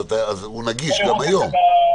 הוא נגיש גם היום.